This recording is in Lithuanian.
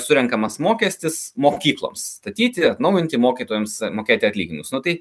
surenkamas mokestis mokykloms statyti atnaujinti mokytojams mokėti atlyginimus nu tai